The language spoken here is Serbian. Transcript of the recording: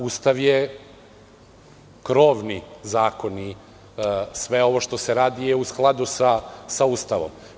Ustav je krovni zakon i sve ovo što se radi je u skladu sa Ustavom.